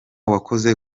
wakoze